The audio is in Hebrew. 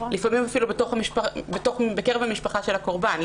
לפעמים אפילו בקרב המשפחה של הקורבן,